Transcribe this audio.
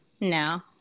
No